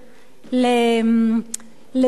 לביב,